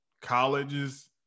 colleges